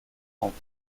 entre